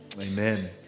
Amen